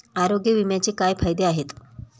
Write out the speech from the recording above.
आरोग्य विम्याचे काय फायदे आहेत?